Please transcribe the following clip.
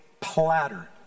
platter